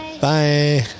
Bye